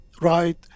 right